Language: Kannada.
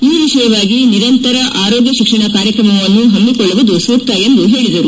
ಈ ವಿಷಯವಾಗಿ ನಿರಂತರ ಆರೋಗ್ಯ ಶಿಕ್ಷಣ ಕಾರ್ಯಕ್ರಮವನ್ನು ಪಮ್ಮಿಕೊಳ್ಳುವುದು ಸೂಕ್ತ ಎಂದು ಹೇಳಿದರು